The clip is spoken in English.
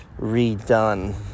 redone